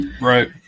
Right